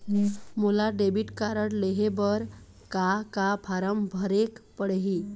मोला debit card लेहे बर का का फार्म भरेक पड़ही?